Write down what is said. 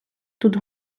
тут